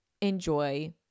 enjoy